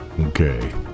Okay